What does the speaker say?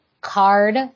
Card